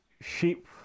sheep